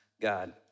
God